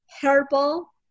herbal